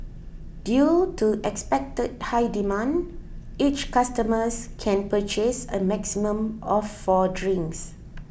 due to expected high demand each customer can purchase a maximum of four drinks